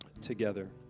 together